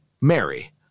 Mary